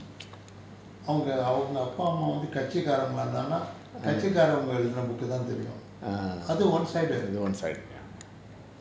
அவங்க அவங்க அப்பா அம்மா வந்து கட்சிக் காரங்களா இருந்தானா கட்சி காரவங்க எழுதின:avanga avanga appa amma vanthu katchik kaarangala irunthaana katchi kaaravanga eluthina book கு தான் தெரியும் அது:ku thaan theriyum athu one sided